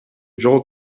жол